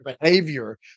behavior